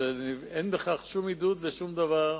אין בכך שום עידוד לשום דבר.